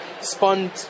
spun